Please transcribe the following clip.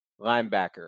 linebacker